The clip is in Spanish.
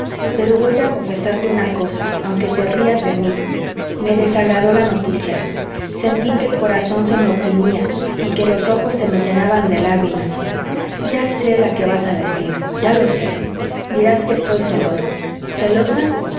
pero voy a confesarte una cosa aunque te rías de mí me desagradó la noticia sentí que el corazón se me oprimía y que los ojos se me llenaban de lágrimas ya sé la que vas a decir ya lo sé dirás que estoy celosa celosa